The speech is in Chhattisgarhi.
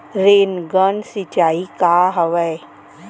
रेनगन सिंचाई का हवय?